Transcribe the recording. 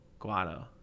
Guado